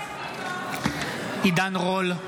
בעד עידן רול,